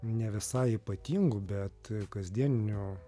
ne visai ypatingų bet kasdieninių